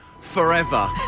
forever